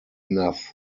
enough